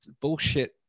bullshit